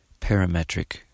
parametric